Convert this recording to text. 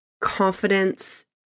confidence